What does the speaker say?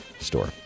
store